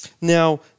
Now